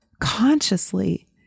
consciously